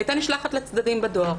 היא הייתה נשלחת לצדדים בדואר.